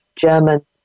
german